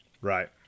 Right